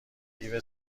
دیو